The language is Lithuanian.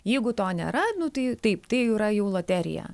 jeigu to nėra nu tai taip tai jau yra jau loterija